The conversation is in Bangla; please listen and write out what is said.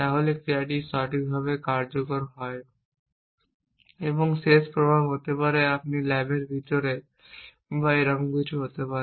তাহলে ক্রিয়াটি সঠিকভাবে কার্যকর হবে। এবং শেষ প্রভাব হতে পারে আপনি ল্যাবের ভিতরে বা এরকম কিছু হতে পারে